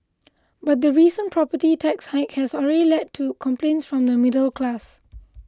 but the recent property tax hike has already led to complaints from the middle class